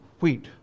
wheat